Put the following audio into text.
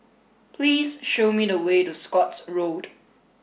please show me the way to Scotts Road